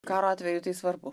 karo atveju tai svarbu